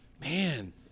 Man